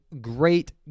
great